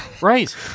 right